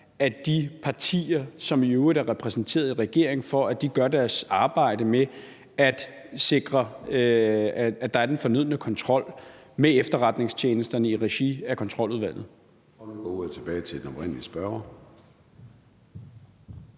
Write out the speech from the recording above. fra de partier, som i øvrigt er repræsenteret i en regering, gør deres arbejde med at sikre, at der er den fornødne kontrol med efterretningstjenesterne i regi af Kontroludvalget.